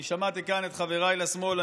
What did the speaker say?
אני שמעתי כאן את חבריי לשמאל.